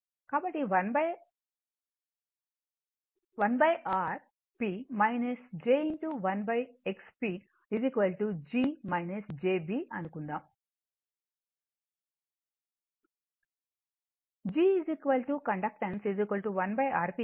కాబట్టి 1 Rp j 1XP g j b అనుకుందాం G conductance 1 Rp